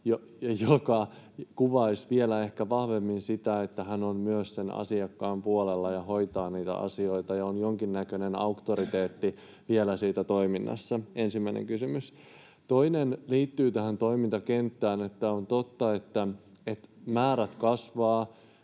joka kuvaisi vielä ehkä vahvemmin sitä, että hän on myös sen asiakkaan puolella, hoitaa niitä asioita ja on jonkinnäköinen auktoriteetti vielä siinä toiminnassa. Ensimmäinen kysymys. Toinen liittyy tähän toimintakenttään. On totta, että määrät kasvavat,